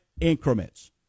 increments